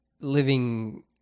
living